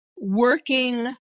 Working